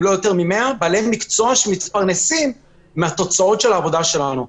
אם לא יותר מ-100 בעלי מקצוע אחרים שמתפרנסים מהתוצאות של העבודה שלנו.